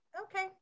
okay